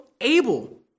able